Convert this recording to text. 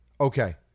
Okay